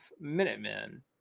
Minutemen